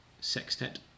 sextet